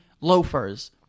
loafers